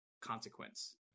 consequence